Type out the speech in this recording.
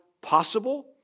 possible